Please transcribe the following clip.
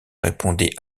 répondait